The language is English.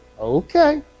Okay